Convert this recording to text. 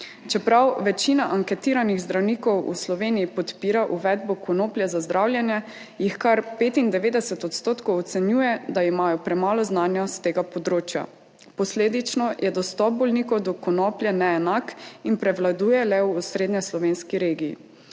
Čeprav večina anketiranih zdravnikov v Sloveniji podpira uvedbo konoplje za zdravljenje, jih kar 95 odstotkov ocenjuje, da imajo premalo znanja s tega področja. Posledično je dostop bolnikov do konoplje neenak in prevladuje le v osrednjeslovenski regiji.